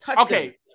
Okay